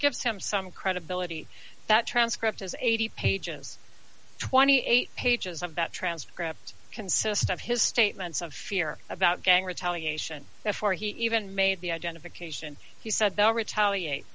gives him some credibility that transcript has eighty pages twenty eight pages about transcripts consist of his statements of fear about gang retaliation before he even made the identification he said the retaliate